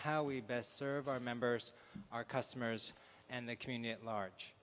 how we best serve our members our customers and the community at